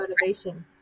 motivation